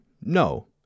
No